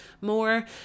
more